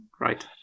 Right